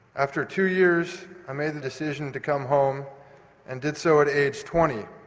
after two years i made the decision to come home and did so at age twenty.